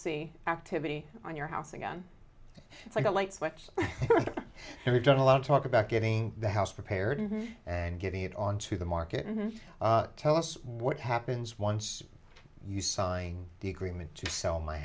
see activity on your house again it's like a light switch and we've done a lot of talk about getting the house prepared and getting it onto the market and then tell us what happens once you sign the agreement to sell my